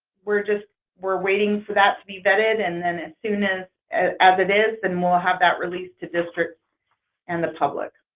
we're just we're waiting for that to be vetted and then as soon as as it is then we'll have that release to districts and the public.